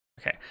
okay